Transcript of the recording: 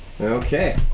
Okay